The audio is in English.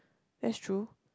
that's true